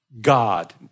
God